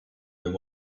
and